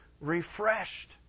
refreshed